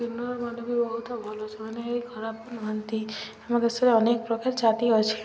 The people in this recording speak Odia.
କିନରମାନେ ବି ବହୁତ ଭଲ ସେମାନେ ବି ଖରାପ ନୁହାନ୍ତି ଆମ ଦେଶରେ ଅନେକ ପ୍ରକାର ଜାତି ଅଛି